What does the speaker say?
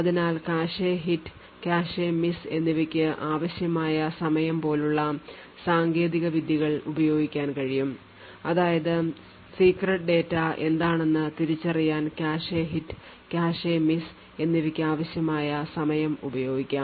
അതിനാൽ cache hit cache miss എന്നിവയ്ക്ക് ആവശ്യമായ സമയം പോലുള്ള സാങ്കേതിക വിദ്യകൾ ഉപയോഗിക്കാൻ കഴിയും അതായത് secret ഡാറ്റ എന്താണെന്ന് തിരിച്ചറിയാൻ കാഷെ ഹിറ്റ് കാഷെ മിസ് എന്നിവയ്ക്ക് ആവശ്യമായ സമയം ഉപയോഗിക്കാം